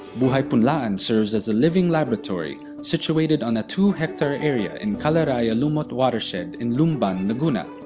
buhay punlaan serves as a living laboratory situated on a two-hectare area in caliraya-lumot watershed in lumban, laguna.